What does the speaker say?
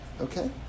Okay